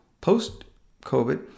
post-COVID